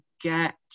get